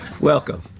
welcome